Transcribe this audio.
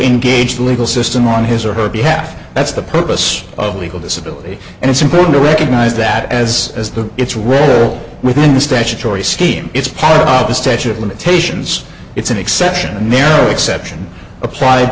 engage the legal system on his or her behalf that's the purpose of a legal disability and it's important to recognise that as as the it's read within the statutory scheme it's part of the statute of limitations it's an exception exception applied